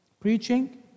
preaching